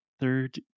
third